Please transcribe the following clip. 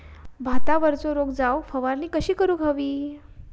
भातावरचो रोग जाऊक फवारणी कशी करूक हवी?